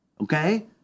Okay